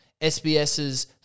SBS's